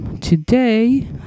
today